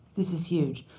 this is huge.